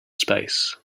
space